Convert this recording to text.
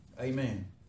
Amen